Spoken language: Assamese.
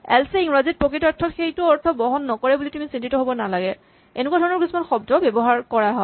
এল্চ এ ইংৰাজীত প্ৰকৃতাৰ্থত সেইটো অৰ্থ বহন নকৰে বুলি তুমি চিন্তিত হ'ব নালাগে এনেকুৱা ধৰণৰ কিছুমান শব্দ ব্যৱহাৰ কৰা হয়